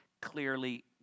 clearly